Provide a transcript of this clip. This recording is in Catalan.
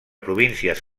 províncies